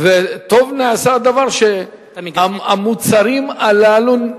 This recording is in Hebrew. טוב נעשה הדבר שכן המוצרים הללו,